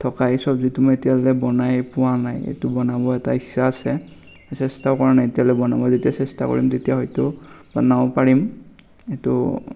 থকা সেই চবজিটো মই এতিয়ালে বনাই পোৱা নাই কিন্তু বনাব এটা ইচ্ছা আছে চেষ্টাও কৰা নাই এতিয়ালৈ বনাব যেতিয়া চেষ্টা কৰিম তেতিয়া হয়তো বনাব পাৰিম এইটো